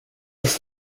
ist